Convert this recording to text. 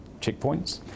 checkpoints